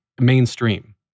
mainstream